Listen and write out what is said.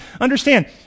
Understand